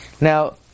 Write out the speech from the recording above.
Now